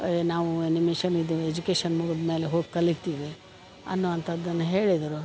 ಏ ನಾವು ಎನಿಮೇಷನ್ ಇದೇ ಎಜುಕೇಶನ್ ಮುಗದ್ಮೇಲೆ ಹೋಗಿ ಕಲೀತೀವಿ ಅನ್ನೋವಂಥದ್ದನ್ನು ಹೇಳಿದರು